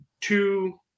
two